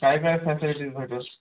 काय काय फॅसिटीज भेटेल